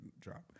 drop